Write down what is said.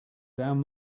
down